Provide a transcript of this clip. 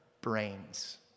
brains